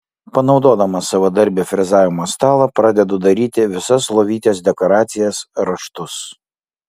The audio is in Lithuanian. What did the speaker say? panaudodamas savadarbį frezavimo stalą pradedu daryti visas lovytės dekoracijas raštus